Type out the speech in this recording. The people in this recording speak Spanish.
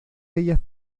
ellas